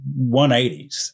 180s